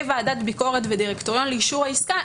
ועדת ביקורת ודירקטוריון לאישור העסקה,